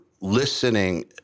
listening